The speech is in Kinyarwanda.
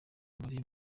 muri